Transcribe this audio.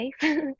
safe